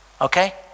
Okay